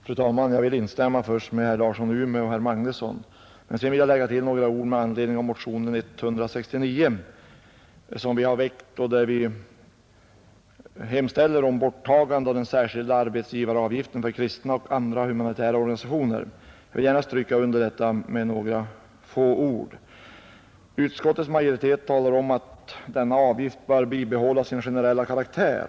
Fru talman! Först vill jag instämma med herr Larsson i Umeå och herr Magnusson i Borås. Sedan vill jag säga några ord med anledning av vår motion nr 169, i vilken vi har hemställt om borttagande av den särskilda arbetsgivaravgiften för kristna och andra humanitära organisationer. Utskottsmajoriteten talar om att den avgift det här gäller bör bibehålla sin generella karaktär.